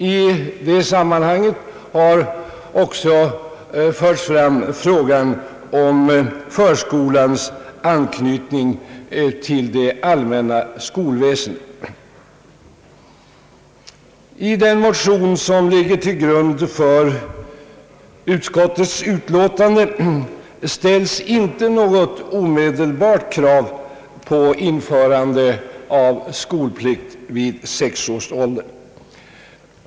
I det sammanhanget har även förts fram frågan om förskolans anknytning till det allmänna skolväsendet. I de motioner som ligger till grund för utskottets utlåtande ställs inte något omedelbart krav på införande av skolplikt vid sex års ålder.